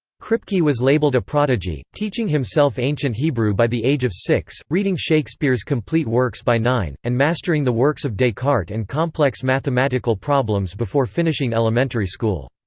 kripke was labeled a prodigy, teaching himself ancient hebrew by the age of six, reading shakespeare's complete works by nine, and mastering the works of descartes and complex mathematical problems before finishing elementary school.